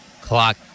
clock